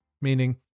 meaning